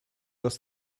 was